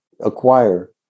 acquire